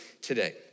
today